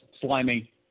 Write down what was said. Slimy